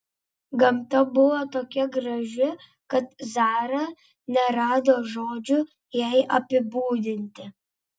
gamta buvo tokia graži kad zara nerado žodžių jai apibūdinti